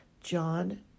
John